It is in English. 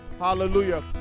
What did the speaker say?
Hallelujah